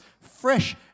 fresh